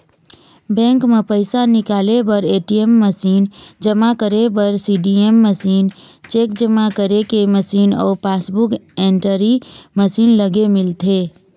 bank म पइसा निकाले बर ए.टी.एम मसीन, जमा करे बर सीडीएम मशीन, चेक जमा करे के मशीन अउ पासबूक एंटरी मशीन लगे मिलथे